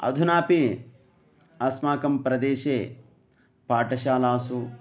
अधुनापि अस्माकं प्रदेशे पाठशालासु